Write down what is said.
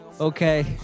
okay